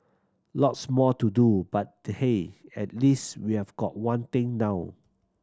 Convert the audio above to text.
lots more to do but hey at least we have got one thing down